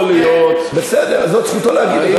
בסדר, זאת זכותו להגיב.